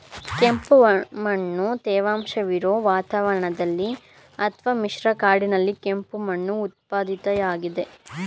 ಕೆಂಪುಮಣ್ಣು ತೇವಾಂಶವಿರೊ ವಾತಾವರಣದಲ್ಲಿ ಅತ್ವ ಮಿಶ್ರ ಕಾಡಿನಲ್ಲಿ ಕೆಂಪು ಮಣ್ಣು ಉತ್ಪತ್ತಿಯಾಗ್ತದೆ